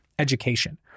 Education